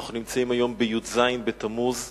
אנחנו היום בי"ז בתמוז.